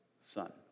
son